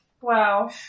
Wow